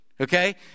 Okay